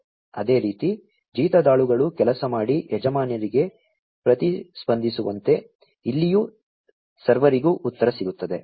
ಅದೇ ರೀತಿ ಜೀತದಾಳುಗಳು ಕೆಲಸ ಮಾಡಿ ಯಜಮಾನರಿಗೆ ಪ್ರತಿಸ್ಪಂದಿಸುವಂತೆ ಇಲ್ಲಿಯೂ ಸರ್ವರಿಗೂ ಉತ್ತರ ಸಿಗುತ್ತದೆ